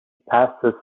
passes